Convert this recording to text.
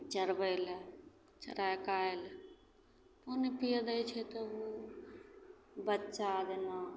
चरबै ले चरैके आएल पानी पिए दै छै तब ओ बच्चा जेना